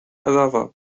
however